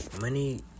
money